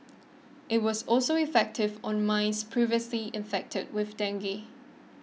it was also effective on mice previously infected with dengue